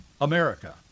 America